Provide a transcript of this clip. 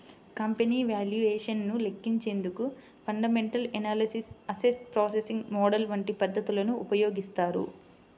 company valuation ను లెక్కించేందుకు fundamental analysis, asset pricing model వంటి పద్ధతులను ఉపయోగిస్తారు